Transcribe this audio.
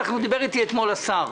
דיבר איתי אתמול השר.